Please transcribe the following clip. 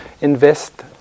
invest